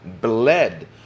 bled